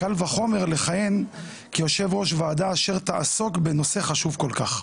קל וחומר לכהן כיושב-ראש ועדה אשר תעסוק בנושא חשוב כל כך.